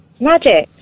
Magic